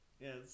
Yes